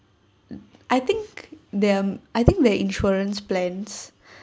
I think they're I think the insurance plans